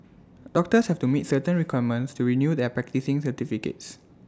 doctors have to meet certain requirements to renew their practising certificates